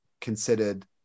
considered